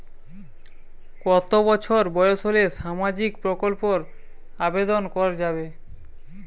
কত বছর বয়স হলে সামাজিক প্রকল্পর আবেদন করযাবে?